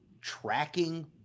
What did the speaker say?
tracking